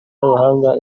b’abahanga